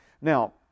now